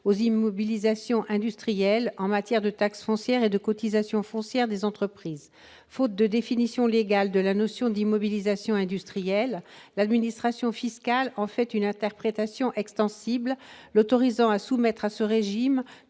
aux immobilisations industrielles en matière de taxe foncière et de cotisation foncière des entreprises. Faute de définition légale de la notion d'immobilisation industrielle, l'administration fiscale en fait une interprétation extensive l'autorisant à soumettre à ce régime